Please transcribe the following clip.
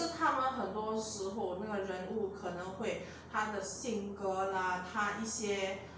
是看了很多时候那个任务可能会他的性格啦差一些